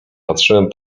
patrzyłem